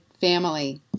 family